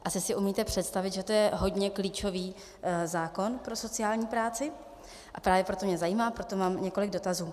Asi si umíte představit, že to je hodně klíčový zákon pro sociální práci, a právě proto mě zajímá, proto mám i několik dotazů.